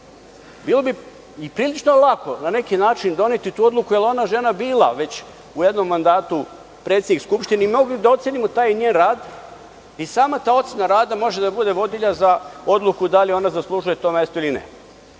bilo bi i prilično lako na neki način doneti tu odluku jer je ona žena bila već u jednom mandatu predsednik Skupštine i mogli bi da ocenimo taj njen rad i sama ta ocena rada može da bude vodilja za odluku da li ona zaslužuje to mesto ili ne.